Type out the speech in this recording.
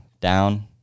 down